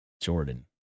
Jordan